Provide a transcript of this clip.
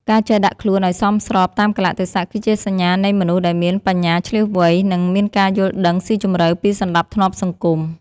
ការចេះដាក់ខ្លួនឱ្យសមស្របតាមកាលៈទេសៈគឺជាសញ្ញានៃមនុស្សដែលមានបញ្ញាឈ្លាសវៃ និង មានការយល់ដឹងស៊ីជម្រៅពីសណ្តាប់ធ្នាប់សង្គម។